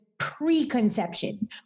Preconception